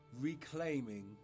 reclaiming